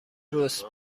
رست